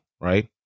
right